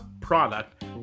product